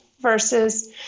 versus